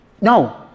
No